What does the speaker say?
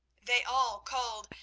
they all called,